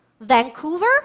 Vancouver